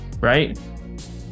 right